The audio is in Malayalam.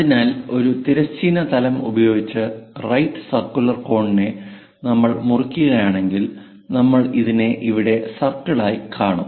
അതിനാൽ ഒരു തിരശ്ചീന തലം ഉപയോഗിച്ച് റൈറ്റ് സർക്കുലർ കോണിനെ നമ്മൾ മുറിക്കുകയാണെങ്കിൽ നമ്മൾ അതിനെ ഇവിടെ സർക്കിളായി കാണും